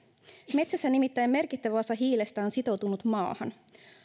metsässä nimittäin merkittävä osa hiilestä on sitoutunut maahan